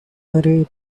murray